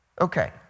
Okay